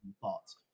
thoughts